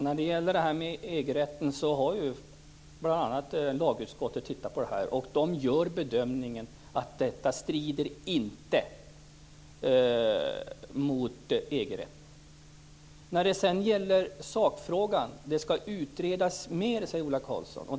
Herr talman! Detta med EG-rätten har bl.a. lagutskottet tittat på. Man gör bedömningen att detta inte strider mot EG-rätten. När det gäller sakfrågan talar Ola Karlsson om att det skall utredas mera.